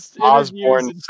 Osborne